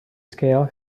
scale